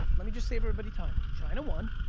let me just save everybody time. china won,